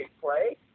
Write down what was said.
play